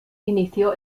inició